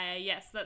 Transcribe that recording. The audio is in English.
yes